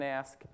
ask